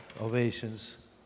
ovations